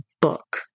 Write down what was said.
book